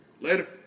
Later